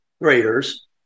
graders